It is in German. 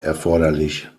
erforderlich